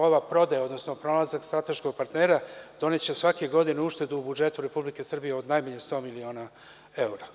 Ova prodaja, odnosno pronalazak strateškog partnera doneće svake godine uštedu budžetu Republike Srbije od najmanje 100 miliona evra.